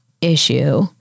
issue